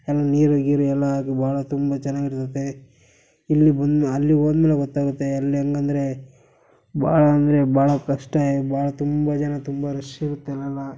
ಅಲ್ಲಿ ನೀರು ಗೀರು ಎಲ್ಲದೂ ಭಾಳ ತುಂಬ ಚೆನ್ನಾಗಿರ್ತತೆ ಇಲ್ಲಿಗೆ ಬಂದು ಅಲ್ಲಿಗೆ ಹೋದ ಮೇಲೆ ಗೊತ್ತಾಗುತ್ತೆ ಅಲ್ಲಿ ಹೆಂಗಂದ್ರೆ ಭಾಳ ಅಂದರೆ ಭಾಳ ಕಷ್ಟ ಭಾಳ ತುಂಬ ಜನ ತುಂಬ ರಶ್ ಇರುತ್ತೆ ಅಲ್ಲೆಲ್ಲ